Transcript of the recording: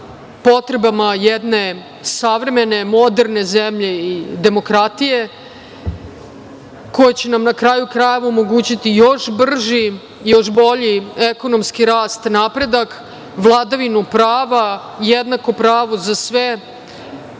potrebama jedne savremene moderne zemlje i demokratije koju će nam na kraju krajeva omogućiti još brži, još bolji ekonomski rast, napredak, vladavinu prava, jednako pravo za sve